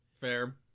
Fair